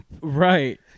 Right